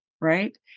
right